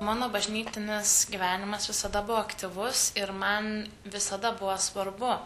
mano bažnytinis gyvenimas visada buvo aktyvus ir man visada buvo svarbu